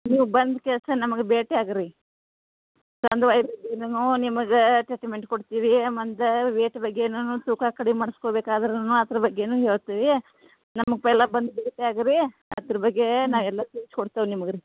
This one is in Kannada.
ನೀವು ಬಂದ ಕೆಸ ನಮಗೆ ಭೇಟಿಯಾಗಿ ರೀ ಸಂದ್ ವಾಯ್ ಬಗ್ಗೆ ಇನ್ನುನೂ ನಿಮಗೆ ಕೊಡ್ತೀವಿ ಮಂದಾ ವೇಟ್ ಬಗ್ಗೆನುನು ತೂಕ ಕಡಿಮೆ ಮಾಡ್ಸ್ಕೊ ಬೇಕು ಆದರೂನು ಅದ್ರ ಬಗ್ಗೆನು ಹೇಳ್ತೀವಿ ನಮಗೆ ಪೇಲಾ ಬಂದು ಭೇಟಿಯಾಗ್ ರೀ ಅದ್ರ ಬಗ್ಗೆ ನಾವು ಎಲ್ಲಾ ತಿಳಿಸ್ಕೊಡ್ತೇವೆ ನಿಮ್ಗ್ ರೀ